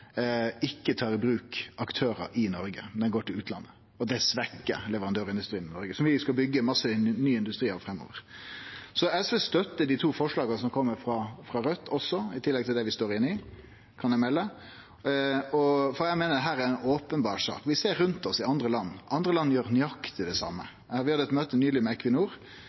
ikkje tar i bruk aktørar i Noreg, men går til utlandet. Og det svekkjer leverandørindustrien i Noreg, som jo skal byggje mykje nye industriar framover. Så SV støttar også dei to forslaga som kjem frå Raudt, i tillegg til dei vi står inne i. Det kan eg melde. For eg meiner dette er ei openberr sak. Vi ser rundt oss i andre land at dei gjer nøyaktig det same. Vi hadde nyleg eit møte med